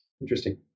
Interesting